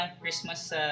Christmas